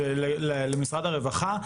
למשרד הרווחה: